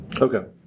Okay